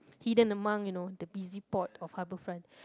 hidden among you know the busy port of Harbourfront